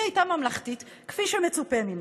היא הייתה ממלכתית, כפי שמצופה ממנה.